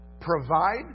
provide